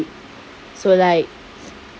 so like